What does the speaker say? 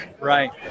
right